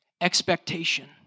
expectation